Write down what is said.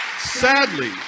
sadly